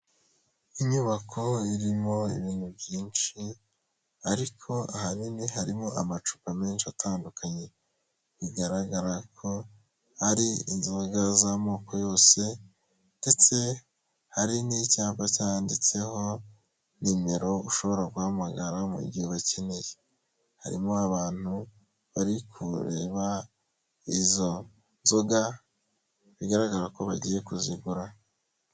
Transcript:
Inyubako irimo ibintu byinshi, ariko ahanini harimo amacupa menshi atandukanye, bigaragara ko ari inzoga z'amoko yose ndetse hari n'icyapa cyanditseho nimero ushobora guhamagara mu gihe ubakeneye, harimo abantu bari kureba izo nzoga bigaragara ko bagiye kuzigura.